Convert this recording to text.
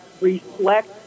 reflect